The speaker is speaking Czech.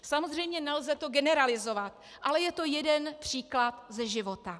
Samozřejmě nelze to generalizovat, ale je to jeden příklad ze života.